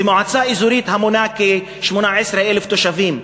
ומועצה אזורית המונה כ-18,000 תושבים,